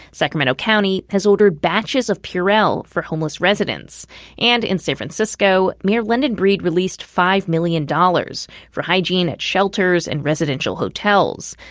sacramento county has ordered batches of purell for homeless residents and in san francisco, mayor london breed released five million dollars for hygiene at shelters and residential hotels.